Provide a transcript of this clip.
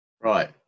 Right